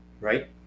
right